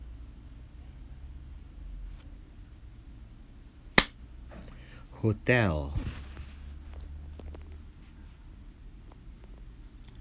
hotel